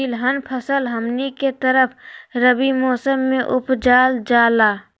तिलहन फसल हमनी के तरफ रबी मौसम में उपजाल जाला